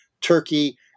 Turkey